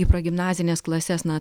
į progimnazines klases na